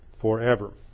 forever